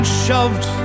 shoved